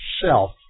self